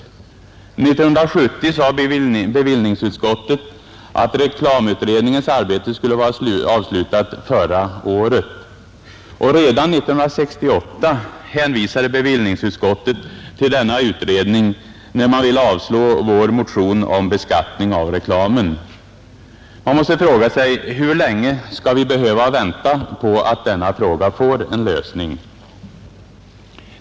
År 1970 skrev bevillningsutskottet att reklamutredningens arbete skulle vara avslutat förra året, och redan 1968 hänvisade bevillningsutskottet till denna utredning när man ville avslå vår motion om beskattning av reklamen. Man måste fråga sig: Hur länge skall vi behöva vänta på att denna fråga får en lösning?